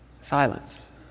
silence